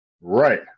Right